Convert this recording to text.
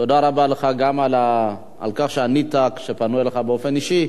תודה רבה לך גם על כך שענית כשפנו אליך באופן אישי.